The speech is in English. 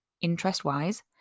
interest-wise